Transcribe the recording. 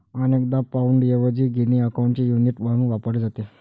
अनेकदा पाउंडऐवजी गिनी अकाउंटचे युनिट म्हणून वापरले जाते